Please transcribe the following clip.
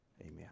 Amen